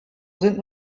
sind